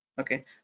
Okay